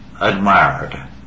admired